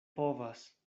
povas